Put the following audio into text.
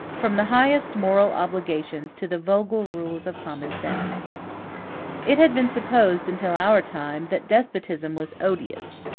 from the highest moral obligations to the vulgar rules of common-sense. it had been supposed, until our time, that despotism was odious,